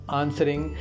answering